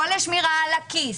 לא לשמירה על הכיס.